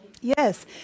Yes